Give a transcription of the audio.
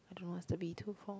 I don't know what's the B two for